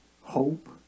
hope